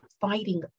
fighting